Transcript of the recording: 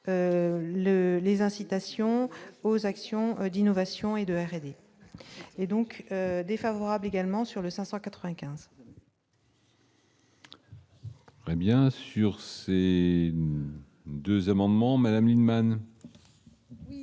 les incitations aux actions d'innovation et de R&D et donc défavorable également sur le 595. Bien sûr, c'est 2 amendements Madame Lienemann.